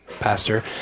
pastor